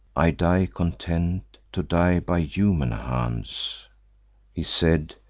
i die content, to die by human hands he said,